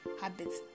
habits